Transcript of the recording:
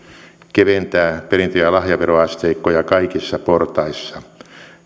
keventää perintö ja lahjaveroasteikkoja kaikissa portaissa